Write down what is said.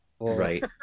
Right